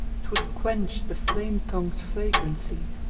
twould quench the flame-tongue's flagrancy,